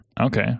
okay